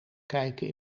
kijken